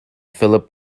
philip